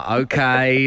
okay